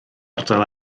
ardal